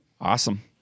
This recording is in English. Awesome